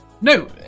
No